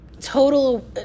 total